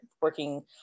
working